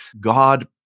God